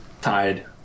tied